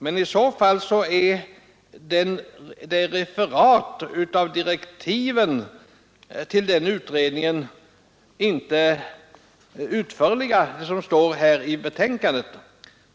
Men i så fall är det referat av utredningsdirektiven som finns i betänkandet inte riktigt fullständigt.